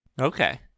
Okay